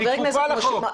היא כפופה לחוק.